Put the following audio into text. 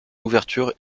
ouverture